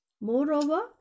Moreover